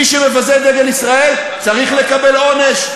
מי שמבזה את דגל ישראל צריך לקבל עונש,